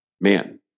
man